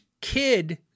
kid